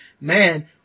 man